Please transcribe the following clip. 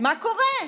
מה קורה?